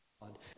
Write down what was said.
God